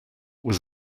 was